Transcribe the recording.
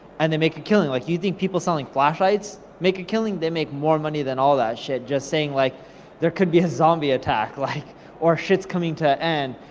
and they make a killing. like you'd people selling flashlights make a killing? they make more money than all that shit, just saying, like there could be a zombie attack, like or shits coming to a end,